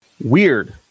Weird